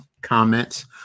comments